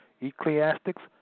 Ecclesiastics